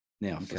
Now